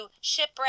shipwreck